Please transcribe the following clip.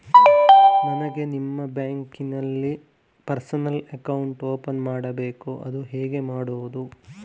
ನನಗೆ ನಿಮ್ಮ ಬ್ಯಾಂಕಿನಲ್ಲಿ ನನ್ನ ಪರ್ಸನಲ್ ಅಕೌಂಟ್ ಓಪನ್ ಮಾಡಬೇಕು ಅದು ಹೇಗೆ ಮಾಡುವುದು?